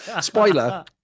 spoiler